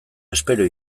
espero